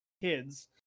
kids